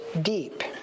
deep